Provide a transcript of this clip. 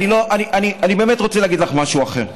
אני באמת רוצה להגיד לך משהו אחר.